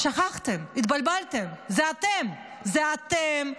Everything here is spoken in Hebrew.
שכחתם, התבלבלתם, אלה אתם.